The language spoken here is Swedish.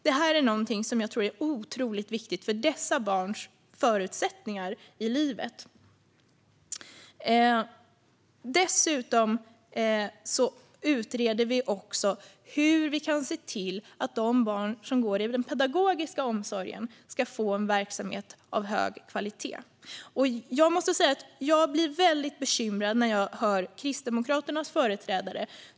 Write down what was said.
Det är någonting som jag tror är otroligt viktigt för dessa barns förutsättningar i livet. Dessutom utreder vi hur vi kan se till att de barn som går i den pedagogiska omsorgen ska få en verksamhet av hög kvalitet. Jag måste säga att jag blir väldigt bekymrad när jag hör Kristdemokraternas företrädare.